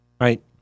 right